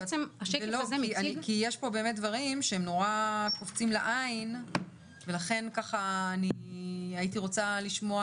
כי יש פה באמת דברים שהם נורא קופצים לעין ולכן אני הייתי רוצה לשמוע